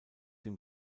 dem